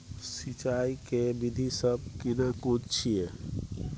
सिंचाई के विधी सब केना कोन छिये?